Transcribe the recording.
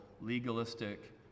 legalistic